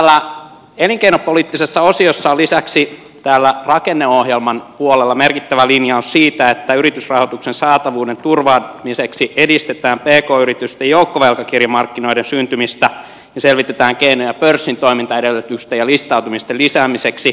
täällä elinkeinopoliittisessa osiossa on lisäksi täällä rakenneohjelman puolella merkittävä linjaus siitä että yritysrahoituksen saatavuuden turvaamiseksi edistetään pk yritysten joukkovelkakirjamarkkinoiden syntymistä ja selvitetään keinoja pörssin toimintaedellytysten ja listautumisten lisäämiseksi